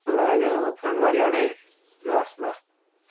मलाई अहिले अब फोन गरिहाल् है ल ल